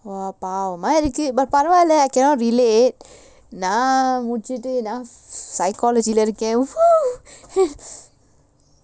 !wah! பாவமா இருக்கு:paavamaa irukku my educate பரவால்ல:paravaala I cannot relate நா முடிச்சிட்டு னா:naa mudichitu naa psychology leh இருக்கேன்:irukkaen